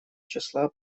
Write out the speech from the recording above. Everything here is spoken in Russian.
числа